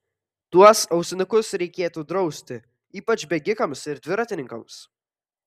tuos ausinukus reikėtų drausti ypač bėgikams ir dviratininkams